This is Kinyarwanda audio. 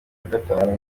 gatanu